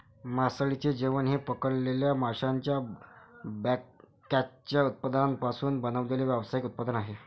मासळीचे जेवण हे पकडलेल्या माशांच्या बायकॅचच्या उत्पादनांपासून बनवलेले व्यावसायिक उत्पादन आहे